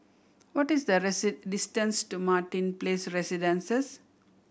what is the distance to Martin Place Residences